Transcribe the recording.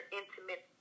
intimate